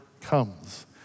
comes